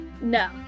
No